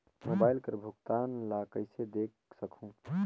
Mobile कर भुगतान ला कइसे देख सकहुं?